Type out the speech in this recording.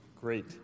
Great